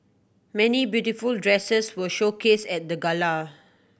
many beautiful dresses were showcased at the gala